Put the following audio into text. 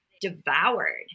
devoured